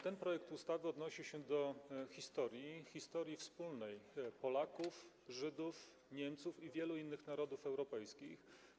Ten projekt ustawy odnosi się do historii, historii wspólnej Polaków, Żydów, Niemców i wielu innych narodów europejskich.